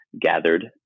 gathered